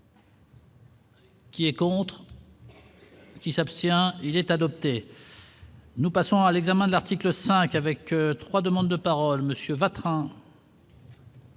Qui est contre. Qui s'abstient, il est adopté. Nous passons à l'examen de l'article 5 avec 3 demandes de parole monsieur Vatrin.